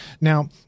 Now